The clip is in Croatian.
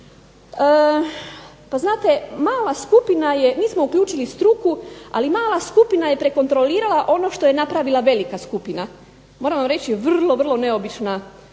pa znate mala skupina je, mi smo uključili struku ali mala skupina je prekontrolirala ono što je napravila velika skupina. Moram vam reći vrlo, vrlo neobična